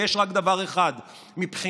ויש רק דבר אחד מבחינתכם,